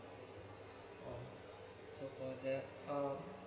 so for the um